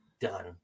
done